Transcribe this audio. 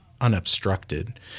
unobstructed